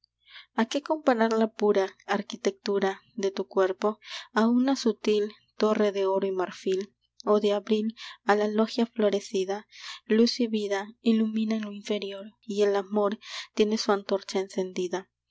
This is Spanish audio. a qué comparar la pura arquitectura de tu cuerpo a una sutil torre de oro y marfil o de abril a la loggia florecida luz y vida iluminan lo inferior y el amor tiene su antorcha encendida